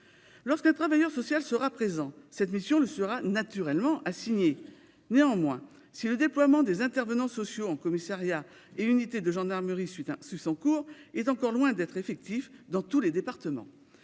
Lorsqu'un travailleur social sera présent, cette mission lui sera naturellement assignée. Néanmoins, si le déploiement des intervenants sociaux en commissariat et unité de gendarmerie suit son cours, il est encore loin d'être effectif dans tous les départements.